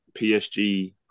PSG